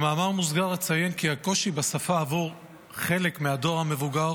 במאמר מוסגר אציין כי הקושי בשפה עבור חלק מהדור המבוגר